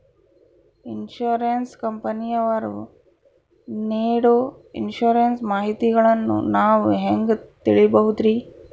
Insurance ಕಂಪನಿಯವರು ನೇಡೊ insurance ಮಾಹಿತಿಗಳನ್ನು ನಾವು ಹೆಂಗ ತಿಳಿಬಹುದ್ರಿ?